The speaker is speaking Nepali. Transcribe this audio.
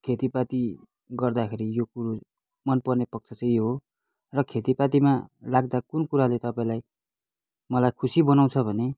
खेतीपाती गर्दाखेरि यो कुरो मनपर्ने पक्ष चाहिँ यो हो र खेतीपातीमा लाग्दा कुन कुराले तपाईँलाई मलाई खुसी बनाउँछ भने